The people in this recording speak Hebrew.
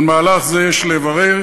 על מהלך זה יש לברך"